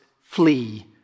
flee